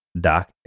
Doc